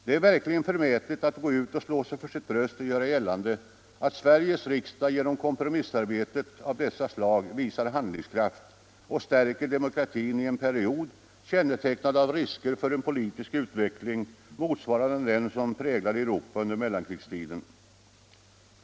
Det är förmätet, herr talman, att gå ut och slå sig för sitt bröst och göra gällande, att Sveriges riksdag genom kompromissarbete av det här slaget visar handlingskraft och stärker demokratin i en period, kännetecknad av risker för en politisk utveckling motsvarande den som präglade Europa under mellankrigstiden.